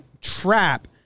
trap